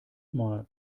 mal